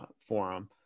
forum